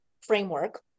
framework